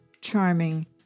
charming